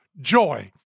joy